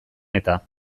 eta